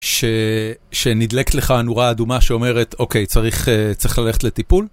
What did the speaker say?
ש... שנדלקת לך הנורה האדומה שאומרת, אוקיי, צריך אה... צריך ללכת לטיפול?